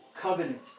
covenant